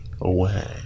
away